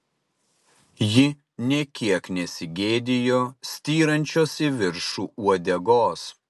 ji nė kiek nesigėdijo styrančios į viršų uodegos